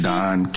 Don